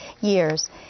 years